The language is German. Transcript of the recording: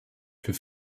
für